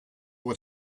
what